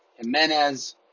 Jimenez